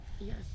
Yes